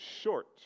short